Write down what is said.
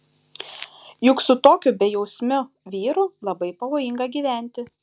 juk su tokiu bejausmiu vyru labai pavojinga gyventi